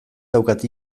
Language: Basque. daukat